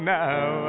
now